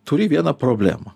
turi vieną problemą